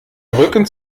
rücken